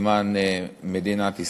למען מדינת ישראל.